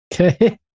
Okay